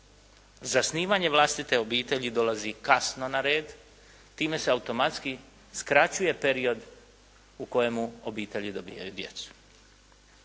Zasnivanje vlastite obitelji dolazi kasno na red. Time se automatski skraćuje period u kojemu obitelji dobivaju djecu.